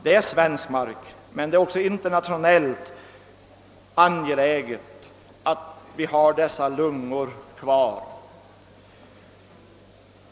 Det är svensk mark, men det är också internationellt angeläget att vi har dessa lungor kvar.